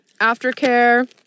Aftercare